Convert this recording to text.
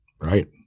Right